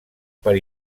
per